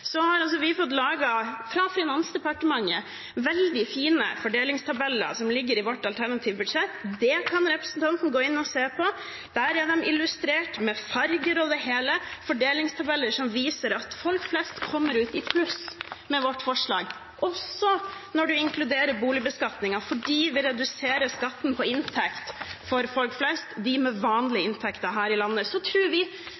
har fått laget – fra Finansdepartementet – veldig fine fordelingstabeller, som ligger inne i vårt alternative budsjett. Det kan representanten gå inn og se på. Der er det illustrert, med farger og det hele, fordelingstabeller som viser at folk flest kommer ut i pluss med vårt forslag, også når man inkluderer boligbeskatningen, fordi det reduserer skatten på inntekt for folk flest, de med vanlige inntekter her i landet. Så tror vi på lokaldemokratiet, vi